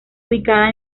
ubicada